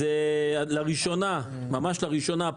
ממש לראשונה,